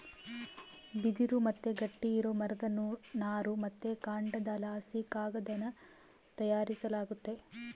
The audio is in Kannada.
ಬಿದಿರು ಮತ್ತೆ ಗಟ್ಟಿ ಇರೋ ಮರದ ನಾರು ಮತ್ತೆ ಕಾಂಡದಲಾಸಿ ಕಾಗದಾನ ತಯಾರಿಸಲಾಗ್ತತೆ